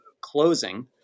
closing